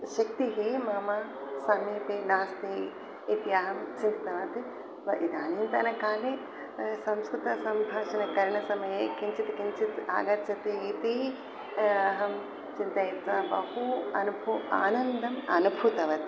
शक्तिः मम समीपे नास्ति इत्यहं सिद्धात् व इदानींतनकाले संस्कृतसंभाषणकरण समये किञ्चित् किञ्चित् आगच्छति इति अहं चिन्तयित्वा बहु अनुभू आनन्दम् अनुभूतवति